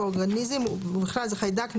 ובכלל זה חיידק,